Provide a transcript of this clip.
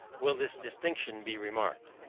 will this distinction be remarked.